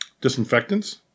disinfectants